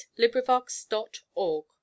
LibriVox.org